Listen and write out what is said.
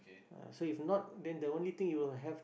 ah so if not then the only thing you will have